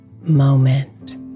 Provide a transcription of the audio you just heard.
moment